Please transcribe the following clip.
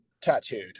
tattooed